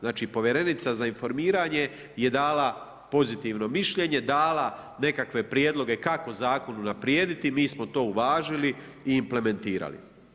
Znači povjerenica za informiranje je dala pozitivno mišljenje, dala nekakve prijedloge kako zakon unaprijediti, mi smo to uvažili i implementirali.